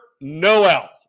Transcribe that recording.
Noel